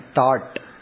Thought